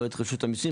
לא את רשות המסים.